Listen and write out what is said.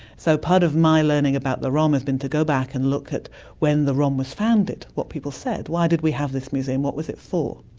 so part of my learning about the rom has been to go back and look at when the rom was founded, what people said, why did we have this museum, what was it for?